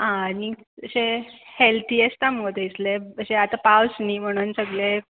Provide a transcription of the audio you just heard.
आं आनी अशें हेल्थी आसता मुगो थंयसले अशें आतां पावस न्ही म्हणून सगले